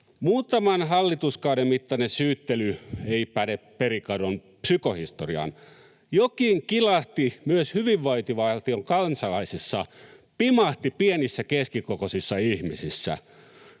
Muutaman hallituskauden mittainen syyttely ei päde perikadon psykohistoriaan. Jokin kilahti myös hyvinvointivaltion kansalaisissa, pimahti pienissä keskikokoisissa ihmisissä.